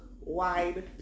wide